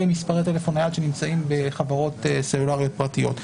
למספר טלפון נייד שנמצא בחברות סלולריות פרטיות.